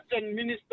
Minister